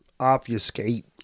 obfuscate